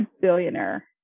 billionaire